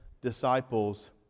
disciples